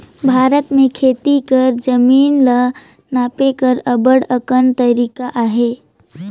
भारत में खेती कर जमीन ल नापे कर अब्बड़ अकन तरीका अहे